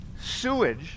Sewage